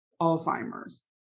Alzheimer's